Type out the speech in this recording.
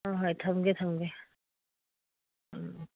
ꯍꯣꯏ ꯍꯣꯏ ꯊꯝꯒꯦ ꯊꯝꯒꯦ ꯎꯝ ꯎꯝ